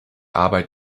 arbeit